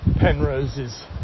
Penrose's